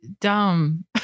dumb